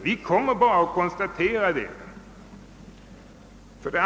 Vi kan bara konstatera detta.